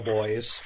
Boys